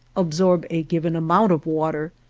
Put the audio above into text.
absorb a given amount of water,